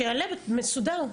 שיעלה מסודר.